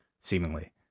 seemingly